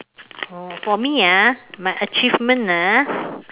oh for me ah my achievement ah